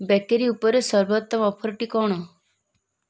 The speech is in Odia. ବେକେରୀ ଉପରେ ସର୍ବୋତ୍ତମ ଅଫର୍ଟି କ'ଣ